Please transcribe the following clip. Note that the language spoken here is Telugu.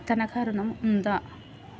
తనఖా ఋణం ఉందా?